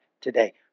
today